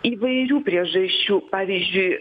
įvairių priežasčių pavyzdžiui